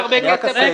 שוב,